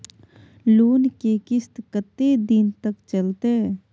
Loan के किस्त कत्ते दिन तक चलते?